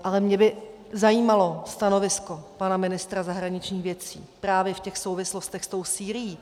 Ale mě by zajímalo stanovisko pana ministra zahraničních věcí právě v těch souvislostech se Sýrií.